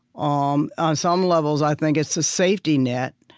um on some levels, i think it's a safety net,